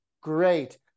Great